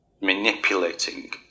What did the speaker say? manipulating